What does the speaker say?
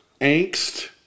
Angst